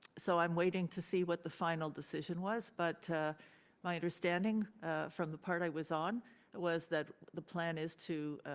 so i'm waiting to see what the final decision was. but my understanding from the part i was on was that the plan is to